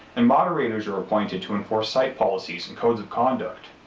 and moderators are appointed to enforce site policies and codes of conduct.